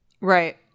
Right